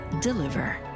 Deliver